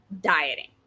dieting